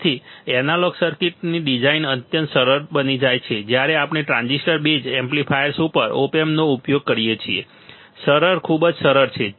તેથી એનાલોગ સર્કિટની ડિઝાઇન અત્યંત સરળ બની જાય છે જ્યારે આપણે ટ્રાન્ઝિસ્ટર બેઝડ એમ્પ્લીફાયર્સ ઉપર ઓપ એમ્પનો ઉપયોગ કરીએ છીએ સરળ ખૂબ જ સરળ છે